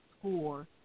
score